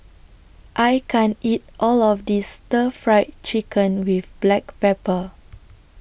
I can't eat All of This Stir Fried Chicken with Black Pepper